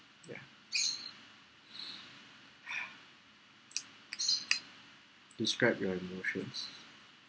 ya describe your emotions